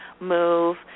move